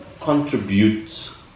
contributes